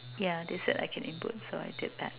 yeah they said I can input so I did that